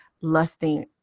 lusting